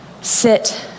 Sit